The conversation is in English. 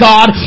God